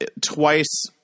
twice